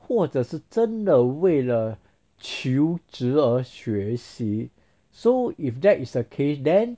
或者是真的为了求职而学习 so if that is the case then